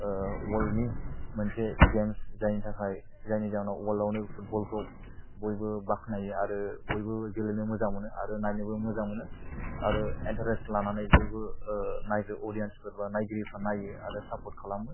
world नि मोनसे games जायनि थाखाय जायनि जाउनावनो वर्ल्ड आवनो फुटबल खौ बयबो बाखनायो आरो बयबो गेलेनो मोजां मोनो आरो नायनोबो मोजां मोनो आरो इन्टारेस्ट लानानै बयबो नायनो अदियेन्स फोरबा नायगिरिफ्रा नायो आरो सापर्ट खालामो